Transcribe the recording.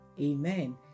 amen